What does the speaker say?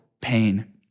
pain